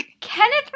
Kenneth